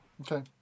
Okay